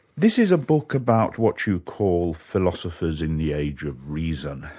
this is a book about what you call philosophers in the age of reason.